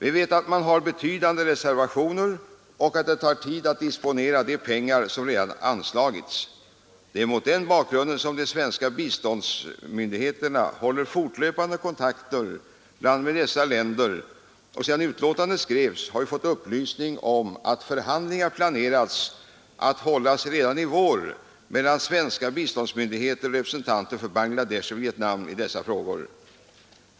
Vi vet att man har betydande reservationer och att det tar tid att disponera de pengar som redan har anslagits. Det är mot den bakgrunden som de svenska biståndsmyndigheterna håller fortlöpande kontakter med bl.a. dessa länder, och sedan betänkandet skrevs har vi fått upplysning om att förhandlingar planeras att hållas redan i vår mellan svenska biståndsmyndigheter och representanter för Bangladesh och Vietnam i dessa frågor.